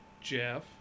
Jeff